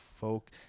folk